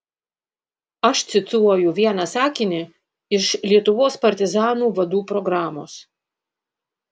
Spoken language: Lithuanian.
aš cituoju vieną sakinį iš lietuvos partizanų vadų programos